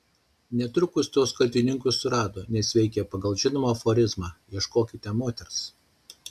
netrukus tuos kaltininkus surado nes veikė pagal žinomą aforizmą ieškokite moters